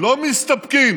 לא מסתפקים